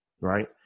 right